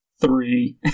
three